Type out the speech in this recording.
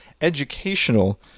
educational